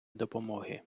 допомоги